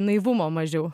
naivumo mažiau